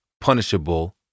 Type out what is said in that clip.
punishable